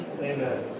Amen